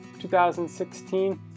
2016